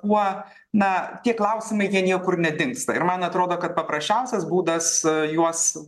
kuo na tie klausimai jie niekur nedingsta ir man atrodo kad paprasčiausias būdas juos